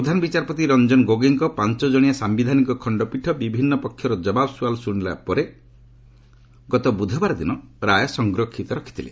ପ୍ରଧାନ ବିଚାରପତି ରଞ୍ଜନ ଗୋଗୋଇଙ୍କ ପାଞ୍ଚ ଜଣିଆ ସାୟିଧାନିକ ଖଣ୍ଡପୀଠ ବିଭିନ୍ନ ପକ୍ଷର ଜବାବ ସୁଆଲ୍ ଶୁଣିଲା ପରେ ଗତ ବୁଧବାର ଦିନ ରାୟ ସଂରକ୍ଷିତ ରଖିଥିଲେ